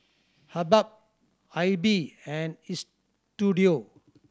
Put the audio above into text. Habhal Aibi and Istudio